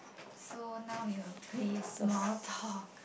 so now we'll play small talk